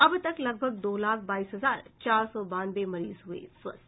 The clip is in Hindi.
अब तक लगभग दो लाख बाईस हजार चार सौ बानवे मरीज हुए स्वस्थ